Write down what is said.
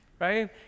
right